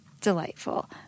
delightful